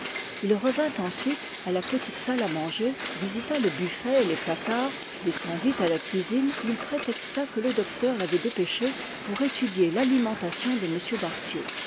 il revint ensuite à la petite salle à manger visita le buffet et les placards descendit à la cuisine où il prétexta que le docteur l'avait dépêché pour étudier l'alimentation de